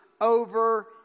over